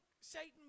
Satan